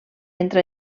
entra